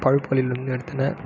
இருந்தும் எடுத்தனர்